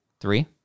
Three